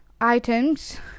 items